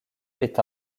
est